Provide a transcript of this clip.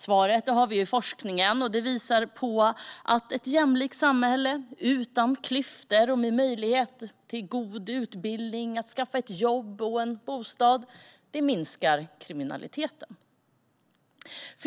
Svaret har vi i forskningen, som visar att ett jämlikt samhälle, utan klyftor och med möjlighet till god utbildning och till att skaffa jobb och bostad minskar kriminaliteten.